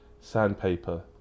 sandpaper